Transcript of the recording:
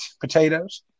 potatoes